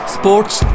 sports